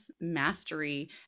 mastery